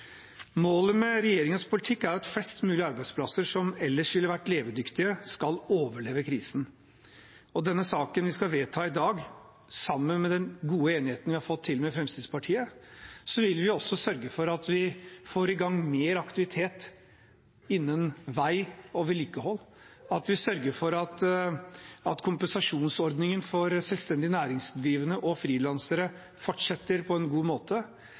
Målet med regjeringens politikk er at flest mulig arbeidsplasser, som ellers ville vært levedyktige, skal overleve krisen. Med denne saken vi skal vedta i dag, sammen med den gode enigheten vi har fått til med Fremskrittspartiet, vil vi også sørge for at vi får i gang mer aktivitet innen vei og vedlikehold. Vi sørger for at kompensasjonsordningen for selvstendig næringsdrivende og frilansere fortsetter på en god måte.